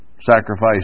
sacrifice